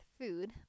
food